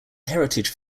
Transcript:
heritage